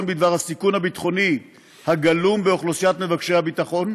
בדבר הסיכון הביטחוני הגלום באוכלוסיית מבקשי הביטחון,